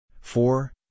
four